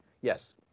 Yes